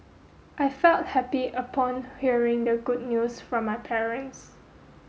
I felt happy upon hearing the good news from my parents